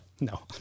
No